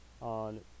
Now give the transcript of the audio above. on